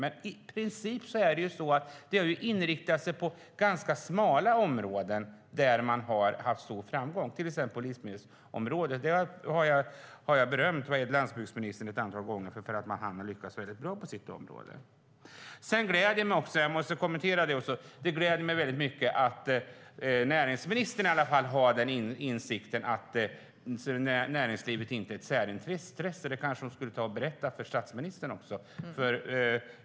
Men i princip har detta arbete inriktats på ganska smala områden där man har haft stor framgång, till exempel på livsmedelsområdet. Jag har berömt landsbygdsministern ett antal gånger för att han har lyckats mycket bra på sitt område. Det gläder mig mycket att åtminstone näringsministern har insikten att näringslivet inte är ett särintresse. Det kanske hon skulle berätta för statsministern.